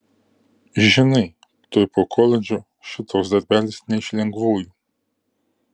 žinai tuoj po koledžo šitoks darbelis ne iš lengvųjų